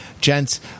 gents